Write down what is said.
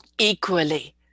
Equally